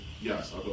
yes